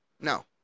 No